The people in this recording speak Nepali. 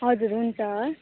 हजुर हुन्छ